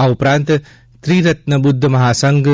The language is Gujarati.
આ ઉપરાંત ત્રિરત્ન બુધ્ધ મહાસંઘ